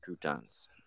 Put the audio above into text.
croutons